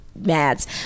Mads